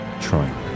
trying